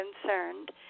concerned